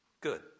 good